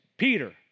Peter